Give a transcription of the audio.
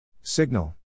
Signal